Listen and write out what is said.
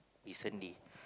recently